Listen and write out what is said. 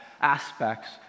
aspects